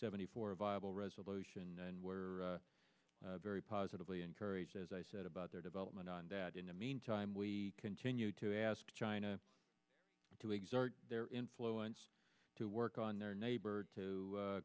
seventy four a viable resolution very positively encouraged as i said about their development on that in the meantime we continue to ask china to exert their influence to work on their neighbor to